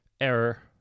Error